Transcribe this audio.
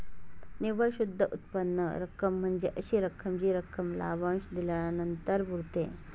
निव्वळ शुद्ध उत्पन्न रक्कम म्हणजे अशी रक्कम जी रक्कम लाभांश दिल्यानंतर उरते